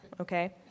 okay